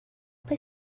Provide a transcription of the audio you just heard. play